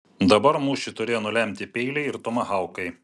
dabar mūšį turėjo nulemti peiliai ir tomahaukai